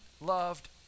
loved